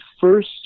first